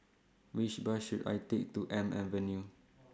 Which Bus should I Take to Elm Avenue